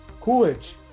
Coolidge